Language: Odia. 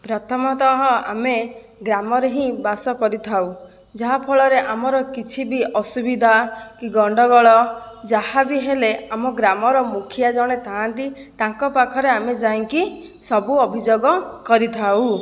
ପ୍ରଥମତଃ ଆମେ ଗ୍ରାମରେ ହିଁ ବାସ କରିଥାଉ ଯାହା ଫଳରେ ଆମର କିଛି ବି ଅସୁବିଧା କି ଗଣ୍ଡଗୋଳ ଯାହାବି ହେଲେ ଆମ ଗ୍ରାମର ମୁଖିଆ ଜଣେ ଥାଆନ୍ତି ତାଙ୍କ ପାଖରେ ଆମେ ଯାଇଁକି ସବୁ ଅଭିଯୋଗ କରିଥାଉ